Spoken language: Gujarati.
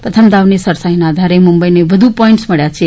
પ્રથમ દાવની સરસાઇને આધારે મુંબઇને વધુ પોઇન્ટસ મળ્યા છે